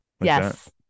yes